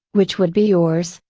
which would be yours,